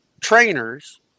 trainers